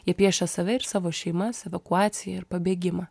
jie piešia save ir savo šeimas evakuaciją ir pabėgimą